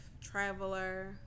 traveler